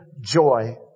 joy